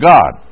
God